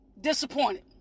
disappointed